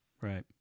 right